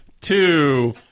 two